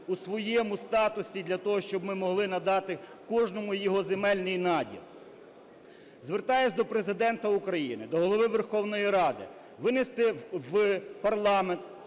у своєму статусі для того, щоб ми могли надати кожному його земельний наділ. Звертаюсь до Президента України, до Голови Верховної Ради, винести в парламент